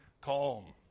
calm